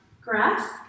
grass